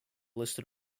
listed